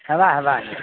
ହେବା ହେବା